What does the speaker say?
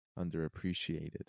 underappreciated